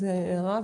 הערה,